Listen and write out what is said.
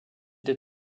des